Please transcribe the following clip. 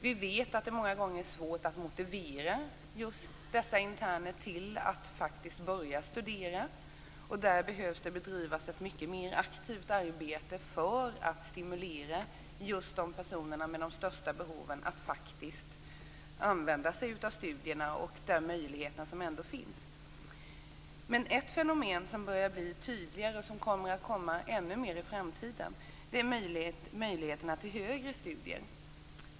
Vi vet att det många gånger är svårt att motivera just dessa interner att börja studera. Där behöver ett mycket aktivare arbete bedrivas just för att stimulera personer med de största behoven att använda sig av studierna och de möjligheter som där ändå finns. Ett fenomen som börjar bli allt tydligare och som kommer att komma fram ännu mer i framtiden är möjligheterna till högre studier.